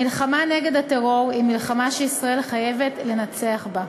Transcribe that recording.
המלחמה נגד הטרור היא מלחמה שישראל חייבת לנצח בה.